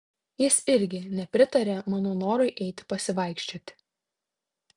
jis irgi nepritarė mano norui eiti pasivaikščioti